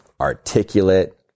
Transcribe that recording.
articulate